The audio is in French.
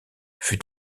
fut